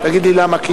תגיד לי למה.